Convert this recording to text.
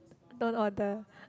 don't order